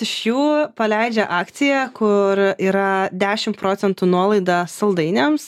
iš jų paleidžia akciją kur yra dešimt procentų nuolaida saldainiams